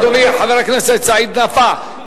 אדוני חבר הכנסת סעיד נפאע,